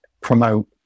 promote